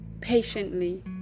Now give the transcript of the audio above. patiently